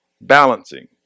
balancing